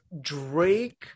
Drake